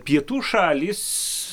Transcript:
pietų šalys